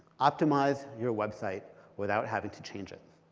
optimize your website without having to change it.